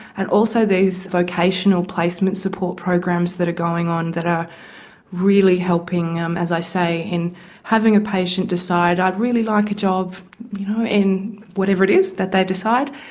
and also these vocational placement support programs that are going on that are really helping, um as i say, in having a patient decide i'd really like a job you know in whatever it is that they decide,